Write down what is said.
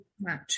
match